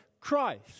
Christ